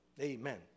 Amen